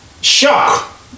shock